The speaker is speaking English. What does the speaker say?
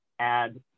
add